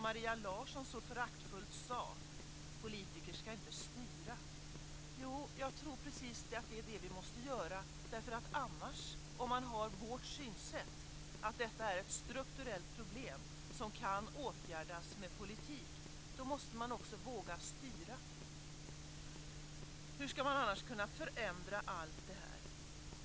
Maria Larsson sade så föraktfullt: Politiker ska inte styra. Jo, jag tror att det är precis det som vi måste göra. Om man har vårt synsätt, dvs. att detta är ett strukturellt problem som kan åtgärdas med politik, så måste man våga styra. Hur ska man annars kunna förändra allt det här?